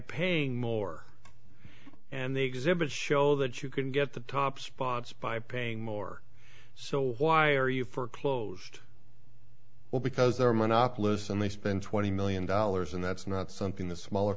paying more and the exhibits show that you can get the top spots by paying more so why are you for closed well because they're monopolist and they spend twenty million dollars and that's not something the smaller